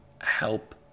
help